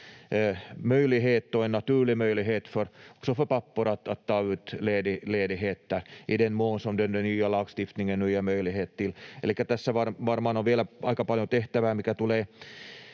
Elikkä tässä varmaan on vielä aika paljon tehtävää, mitä tulee